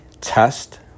test